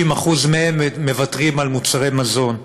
30% מהם מוותרים על מוצרי מזון,